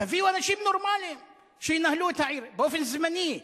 תביאו אנשים נורמלים שינהלו את העיר באופן זמני.